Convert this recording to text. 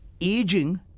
aging